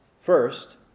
first